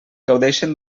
gaudeixen